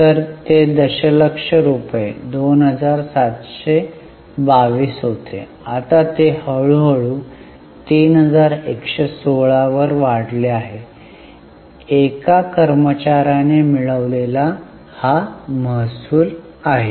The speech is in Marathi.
तर ते दशलक्ष रूपये 2722 होते आणि ते हळूहळू 3116 वर वाढले आहे एका कर्मचार्याने मिळवलेला हा महसूल आहे